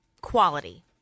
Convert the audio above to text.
quality